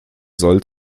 soll